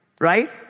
right